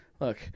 look